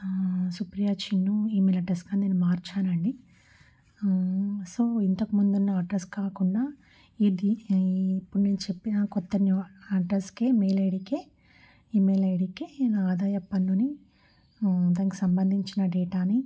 Supriya Chinnu email అడ్రస్గా నేను మార్చానండి సో ఇంతకుముందున్న అడ్రస్ కాకుండా ఇది ఈ ఇప్పుడు నేను చెప్పిన కొత్త న్యూ అడ్రస్కే మెయిల్ ఐడీకే ఈమెయిల్ ఐడీకే నా ఆదాయ పన్నుని దానికి సంబంధించిన డేటాని